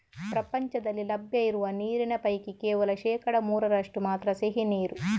ಪ್ರಪಂಚದಲ್ಲಿ ಲಭ್ಯ ಇರುವ ನೀರಿನ ಪೈಕಿ ಕೇವಲ ಶೇಕಡಾ ಮೂರರಷ್ಟು ಮಾತ್ರ ಸಿಹಿ ನೀರು